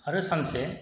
आरो सानसे